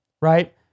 right